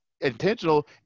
intentional